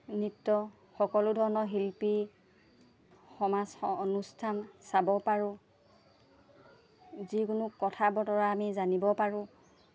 নৃত্য সকলো ধৰণৰ শিল্পী সমাজ অনুষ্ঠান চাব পাৰোঁ যিকোনো কথা বতৰা আমি জানিব পাৰোঁ